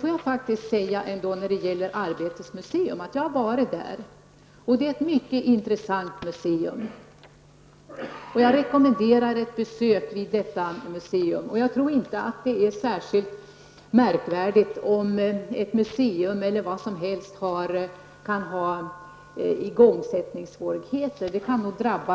Får jag säga när det gäller Arbetets museum att jag har varit där. Det är ett mycket intressant museum. Jag rekommenderar ett besök där. Jag tror inte det är särskilt märkvärdigt om ett museum, eller vad som helst, kan ha igångsättningssvårigheter. Det kan nog drabba